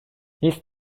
his